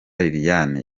liliane